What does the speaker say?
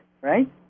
right